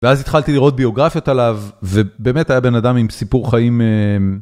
ואז התחלתי לראות ביוגרפיות עליו, ובאמת היה בן אדם עם סיפור חיים...